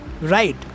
right